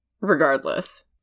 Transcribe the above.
regardless